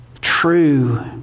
true